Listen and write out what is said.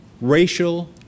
racial